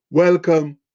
Welcome